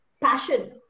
passion